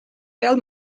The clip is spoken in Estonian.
peal